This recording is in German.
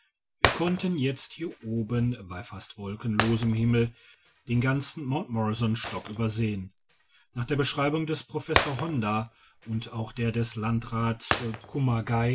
wir konnten jetzt hier oben bei fast wolkenlosem himmel den ganzen mt morrison stock übersehen nach der beschreibung des pi ofessors honda und auch der des landrats